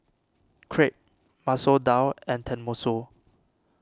Crepe Masoor Dal and Tenmusu